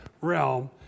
realm